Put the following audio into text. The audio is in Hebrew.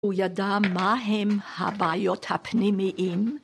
הוא ידע מה הם הבעיות הפנימיים.